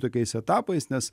tokiais etapais nes